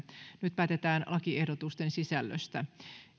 nyt päätetään lakiehdotuksen sisällöstä